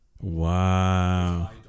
wow